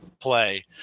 play